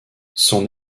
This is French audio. son